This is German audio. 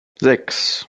sechs